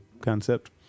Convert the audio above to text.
concept